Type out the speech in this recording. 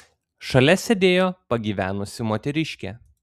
šalia sėdėjo pagyvenusi moteriškė